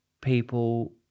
people